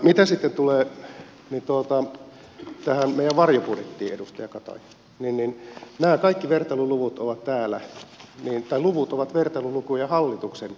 mitä sitten tulee tähän meidän varjobudjettiimme edustaja kataja niin nämä kaikki vertailuluvut ovat vertailulukuja hallituksen esityksiin